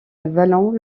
wallon